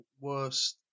worst